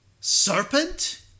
serpent